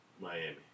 Miami